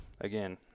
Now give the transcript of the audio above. again –